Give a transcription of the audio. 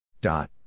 Dot